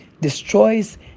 destroys